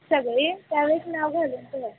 सगळी त्यावेळेस नाव घालून ठेवा